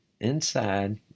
inside